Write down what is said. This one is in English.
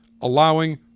allowing